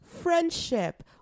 friendship